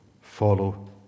follow